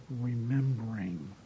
remembering